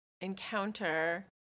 encounter